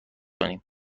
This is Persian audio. کنیم